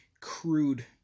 crude